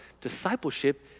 Discipleship